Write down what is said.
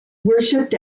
worshipped